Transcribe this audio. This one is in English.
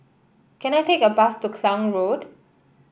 can I take a bus to Klang Road